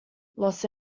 los